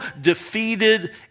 defeated